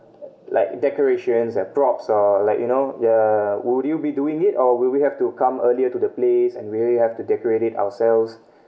like decorations and props or like you know uh would you be doing it or will we have to come earlier to the place and will we have to decorate it ourselves